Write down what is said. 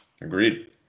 Agreed